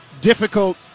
Difficult